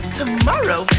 tomorrow